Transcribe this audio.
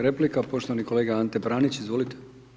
Replika poštovani kolega Ante Pranić, izvolite.